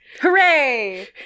Hooray